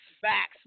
facts